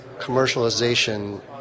commercialization